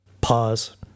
pause